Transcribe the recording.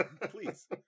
please